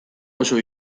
oso